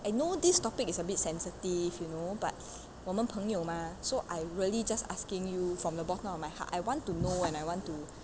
I know this topic is a bit sensitive you know but 我们朋友 mah so I really just asking you from the bottom of my heart I want to know and I want to